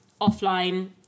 offline